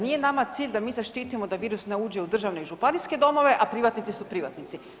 Nije nama cilj da zaštitimo da virus ne uđe u državne i županijske domove, a privatnici su privatnici.